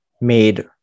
made